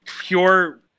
pure